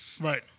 Right